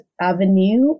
avenue